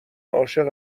عاشق